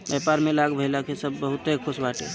व्यापार में लाभ भइला से सब बहुते खुश बाटे